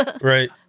right